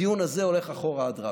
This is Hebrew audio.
הדיון הזה הולך אחורה עד רבין.